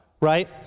right